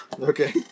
Okay